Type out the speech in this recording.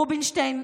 רובינשטיין,